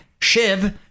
Shiv